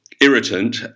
irritant